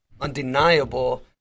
undeniable